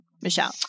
Michelle